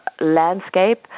landscape